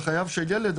וחייב שילד,